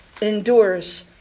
endures